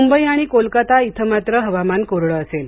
मुंबई आणि कोलकता येथे मात्र हवामान कोरडे असेल